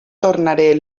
tornaré